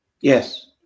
Yes